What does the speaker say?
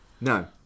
No